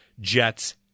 Jets